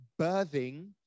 birthing